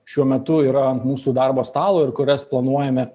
šiuo metu yra ant mūsų darbo stalo ir kurias planuojame